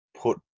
put